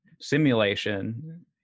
simulation